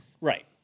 Right